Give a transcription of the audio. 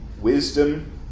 wisdom